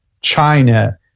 china